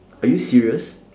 are you serious